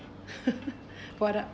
for the